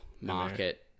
market